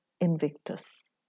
Invictus